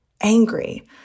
angry